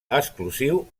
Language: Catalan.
exclusiu